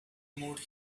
mood